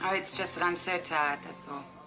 um it's just that i'm so tired. that's all